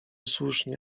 słusznie